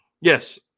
Yes